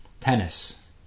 tennis